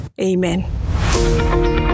Amen